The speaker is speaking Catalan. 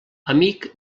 amic